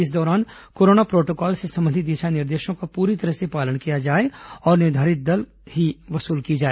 इस दौरान corona protocol से संबंधित दिशा निर्देशों का पूरी तरह पालन किया जाए और निर्धारित दर वसूल की जाए